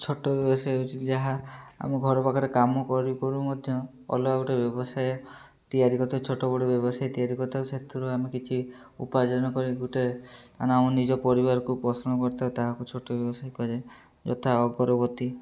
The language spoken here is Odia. ଛୋଟ ବ୍ୟବସାୟ ହେଉଛି ଯାହା ଆମେ ଘର ପାଖରେ କାମ କରିକରୁ ମଧ୍ୟ ଅଲଗା ଗୋଟିଏ ବ୍ୟବସାୟ ତିଆରି କରିଥାଉ ଛୋଟବଡ଼ ବ୍ୟବସାୟ ତିଆରି କରିଥାଉ ସେଥିରୁ ଆମେ କିଛି ଉପାର୍ଜନ କରି ଗୋଟିଏ ଆମେ ଆମ ନିଜ ପରିବାରକୁ ପୋଷଣ କରିଥାଉ ତାହାକୁ ଛୋଟ ବ୍ୟବସାୟ କୁହାଯାଏ ଯଥା ଅଗରବତୀ